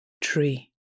tree